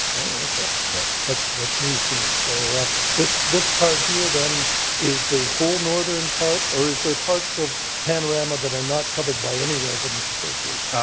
yeah that's that's news to me. so this this part here then is the whole northern part or is there parts of panorama that are not covered by any residents association?